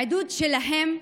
בעידוד שלהם,